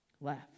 left